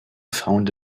found